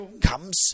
comes